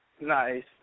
nice